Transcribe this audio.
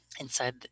inside